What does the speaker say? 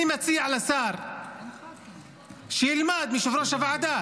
אני מציע לשר שילמד מיושב-ראש הוועדה